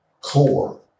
core